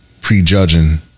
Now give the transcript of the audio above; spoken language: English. prejudging